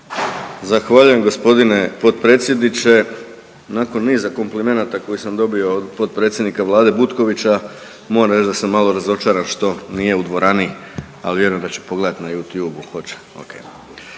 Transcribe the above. Zahvaljujem g. potpredsjedniče. Nakon niza komplimenata koje sam dobio od potpredsjednika Vlade Butkovića moram reći da sam malo razočaran što nije u dvorani, ali vjerujem da će pogledat na YouTubeu,